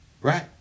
Right